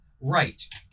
Right